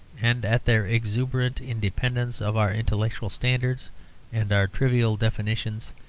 and at their exuberant independence of our intellectual standards and our trivial definitions,